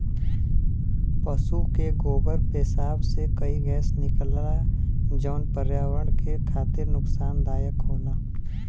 पसु के गोबर पेसाब से कई गैस निकलला जौन पर्यावरण के खातिर नुकसानदायक होला